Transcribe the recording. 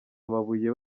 amabuye